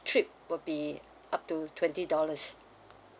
trip would be up to twenty dollars